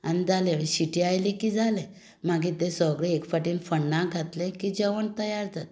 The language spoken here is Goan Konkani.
आनी जालें सिटी आयली की जालें मागीर तें सगळें एक फावटी फण्णांत घातलें की जेवण तयार जाता